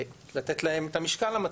לתת להם את המשקל המתאים,